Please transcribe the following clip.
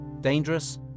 dangerous